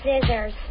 scissors